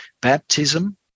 Baptism